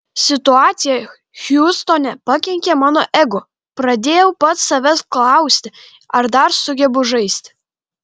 situacija hjustone pakenkė mano ego pradėjau pats savęs klausti ar dar sugebu žaisti